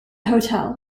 hotel